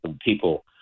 people